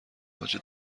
باجه